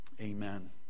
Amen